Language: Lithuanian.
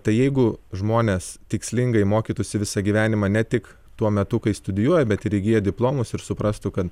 tai jeigu žmonės tikslingai mokytųsi visą gyvenimą ne tik tuo metu kai studijuoja bet ir įgiję diplomus ir suprastų kad